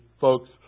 folks